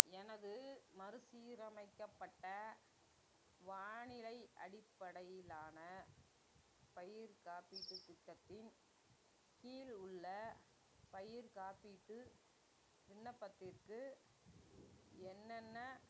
எனது மறு சீரமைக்கப்பட்ட வானிலை அடிப்படையிலான பயிர் காப்பீட்டுத் திட்டத்தின் கீழ் உள்ள பயிர் காப்பீட்டு விண்ணப்பத்திற்கு என்னென்ன